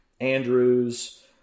andrews